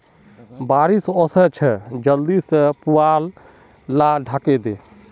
बारिश ओशो छे जल्दी से पुवाल लाक ढके दे